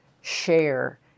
share